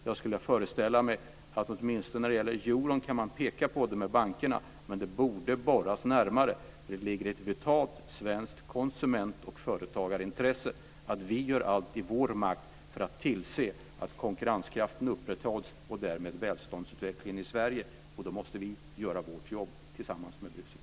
Jag skulle föreställa mig att åtminstone när det gäller euron kan man peka på det med bankerna, men det borde borras närmare. Det ligger i ett vitalt svenskt konsument och företagarintresse att vi gör allt i vår makt för att tillse att konkurrenskraften upprätthålls och därmed välståndsutvecklingen i Sverige. Då måste vi göra vårt jobb tillsammans med Bryssel.